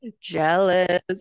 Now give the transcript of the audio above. Jealous